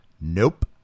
Nope